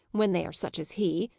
when they are such as he.